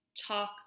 talk